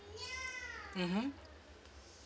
mmhmm